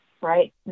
right